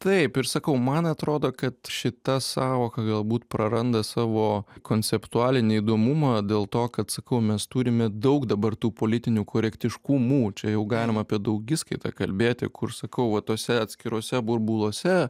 taip ir sakau man atrodo kad šita sąvoka galbūt praranda savo konceptualinį įdomumą dėl to kad sakau mes turime daug dabar tų politinių korektiškumų čia jau galima apie daugiskaitą kalbėti kur sakau va tuose atskiruose burbuluose